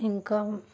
ఇంకా